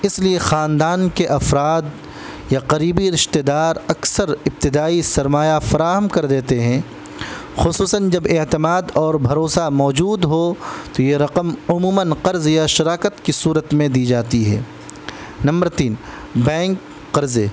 اس لیے خاندان کے افراد یا قریبی رشتہ دار اکثر ابتدائی سرمایہ فراہم کر دیتے ہیں خصوصاً جب اعتماد اور بھروسہ موجود ہو تو یہ رقم عموماً قرض یا شراکت کی صورت میں دی جاتی ہے نمبر تین بینک قرضے